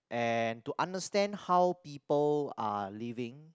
and to understand how people are living